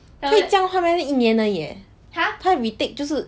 一年而已 leh 他 retake 就是